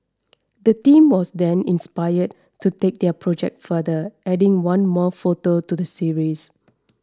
the team was then inspired to take their project further adding one more photo to the series